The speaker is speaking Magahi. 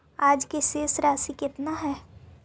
आज के शेष राशि केतना हई?